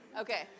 Okay